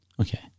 Okay